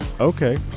Okay